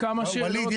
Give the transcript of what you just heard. יש לי כמה שאלות.